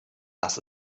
das